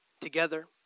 together